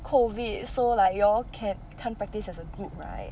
COVID so like you all can can't practice as a group right